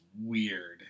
weird